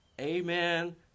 Amen